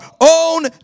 own